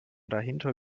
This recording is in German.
dahinter